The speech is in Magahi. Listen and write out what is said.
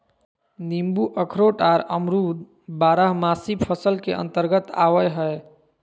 नींबू अखरोट आर अमरूद बारहमासी फसल के अंतर्गत आवय हय